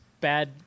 bad